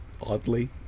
oddly